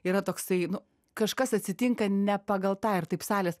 yra toksai nu kažkas atsitinka ne pagal tą ir taip salės